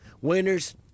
Winners